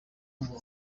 ngo